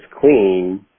clean